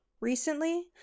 Recently